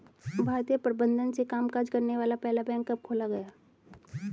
भारतीय प्रबंधन से कामकाज करने वाला पहला बैंक कब खोला गया?